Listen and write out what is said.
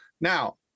Now